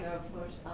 of course